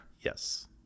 yes